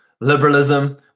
Liberalism